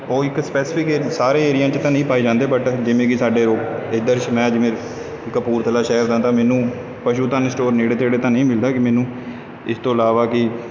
ਉਹ ਇੱਕ ਸਪੈਸੀਫਿਕ ਏਰੀ ਸਾਰੇ ਏਰੀਏ 'ਚ ਤਾਂ ਨਹੀਂ ਪਾਏ ਜਾਂਦੇ ਬਟ ਜਿਵੇਂ ਕਿ ਸਾਡੇ ਰੋਪੜ ਇੱਧਰ ਸ ਮੈਂ ਜਿਵੇਂ ਕਪੂਰਥਲਾ ਸ਼ਹਿਰ ਮੈਨੂੰ ਪਸ਼ੂ ਧਨ ਸਟੋਰ ਨੇੜੇ ਤੇੜੇ ਤਾਂ ਨਹੀਂ ਮਿਲਦਾ ਕਿ ਮੈਨੂੰ ਇਸ ਤੋਂ ਇਲਾਵਾ ਕਿ